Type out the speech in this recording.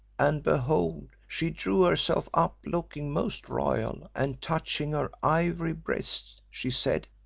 and behold! she drew herself up, looking most royal, and touching her ivory breast, she said,